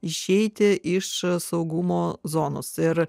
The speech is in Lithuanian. išeiti iš saugumo zonos ir